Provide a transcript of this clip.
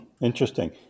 Interesting